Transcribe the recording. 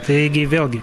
taigi vėlgi